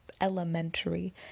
elementary